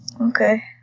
Okay